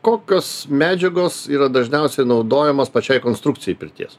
kokios medžiagos yra dažniausiai naudojamos pačiai konstrukcijai pirties